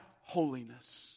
holiness